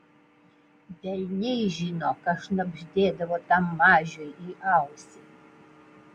velniai žino ką šnabždėdavo tam mažiui į ausį